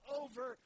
over